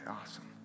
awesome